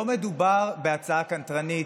לא מדובר בהצעה קנטרנית,